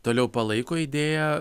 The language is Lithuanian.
toliau palaiko idėją